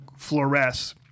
fluoresce